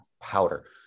Powder